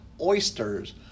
oysters